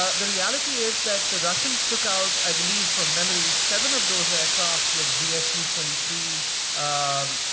ah the reality is that the russians took out, i believe, from memory, seven of those aircraft with zsu twenty three um